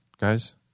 guys